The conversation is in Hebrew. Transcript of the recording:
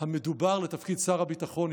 המדובר לתפקיד שר הביטחון,